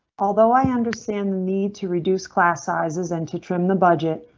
although i understand the need to reduce class sizes and to trim the budget,